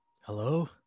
hello